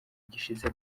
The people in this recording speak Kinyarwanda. gishize